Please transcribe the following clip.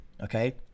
Okay